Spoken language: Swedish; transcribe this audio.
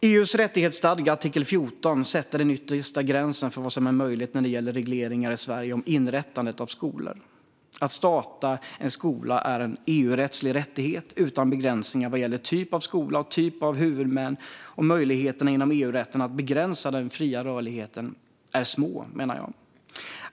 I artikel 14 i EU:s rättighetsstadga sätts den yttersta gränsen för vad som är möjligt när det gäller regleringar i Sverige om inrättandet av skolor. Att starta en skola är en EU-rättslig rättighet utan begränsningar vad gäller typ av skola och typ av huvudman. Möjligheterna enligt EU-rätten att begränsa den fria rörligheten är små, menar jag.